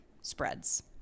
spreads